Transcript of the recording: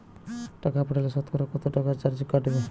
টাকা পাঠালে সতকরা কত টাকা চার্জ কাটবে?